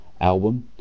album